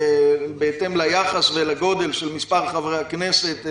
בהתאם ליחס ולגודל של מספר חברי הכנסת,